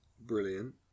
Brilliant